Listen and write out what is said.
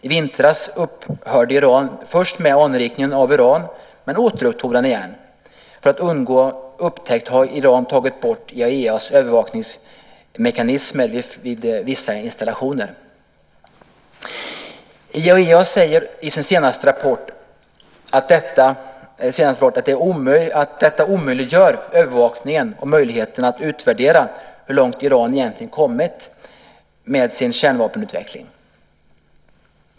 I vintras upphörde Iran först med anrikningen av uran men återupptog den sedan. För att undgå upptäckt har Iran tagit bort IAEA:s övervakningsmekanismer i vissa installationer. IAEA säger i sin senaste rapport att detta omöjliggör övervakningen och möjligheten att utvärdera hur långt Iran egentligen har kommit med sin kärnvapenutveckling.